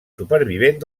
supervivent